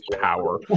power